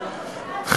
כאן,